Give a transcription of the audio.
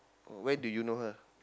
oh when did you know her